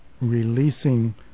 releasing